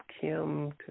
Kim